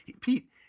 pete